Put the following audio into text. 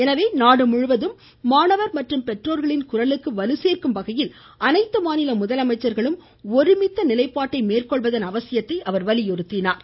எனவே நாடுமுழுவதும் மாணவர் மற்றும் பெற்றோர்களின் குரலுக்கு வலு சோ்க்கும் வகையில் அனைத்து மாநில முதலமைச்சர்களும் ஒருமித்த நிலைப்பாட்டை மேற்கொள்வதன் அவசியத்தை வலியுறுத்தினார்